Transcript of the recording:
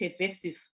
pervasive